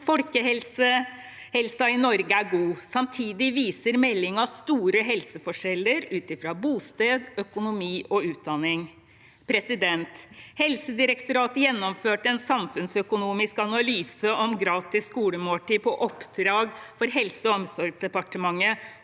Folkehelsen i Norge er god. Samtidig viser meldingen store helseforskjeller ut fra bosted, økonomi og utdanning. Helsedirektoratet gjennomførte en samfunnsøkonomisk analyse om gratis skolemåltid på oppdrag fra Helse- og omsorgsdepartementet